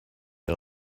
out